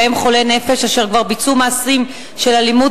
שבהם חולי נפש אשר כבר ביצעו מעשים של אלימות